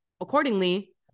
accordingly